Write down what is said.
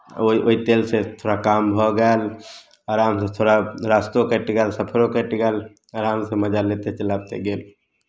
ओहि ओहि तेलसँ थोड़ा काम भऽ गेल आरामसँ थोड़ा रास्तो कटि गेल सफरो कटि गेल आरामसँ मजा लैते चलाबते गेल